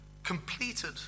Completed